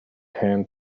hand